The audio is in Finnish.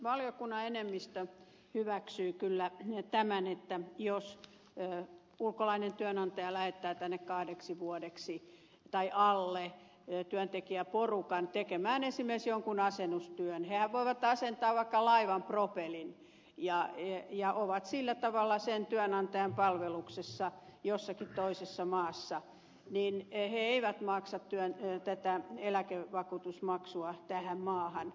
valiokunnan enemmistö hyväksyy kyllä tämän että jos ulkolainen työnantaja lähettää tänne kahdeksi vuodeksi tai alle työntekijäporukan tekemään esimerkiksi jonkun asennustyön hehän voivat asentaa vaikka laivan propellin ja ovat sillä tavalla sen työnantajan palveluksessa jossakin toisessa maassa he eivät maksa eläkevakuutusmaksua tähän maahan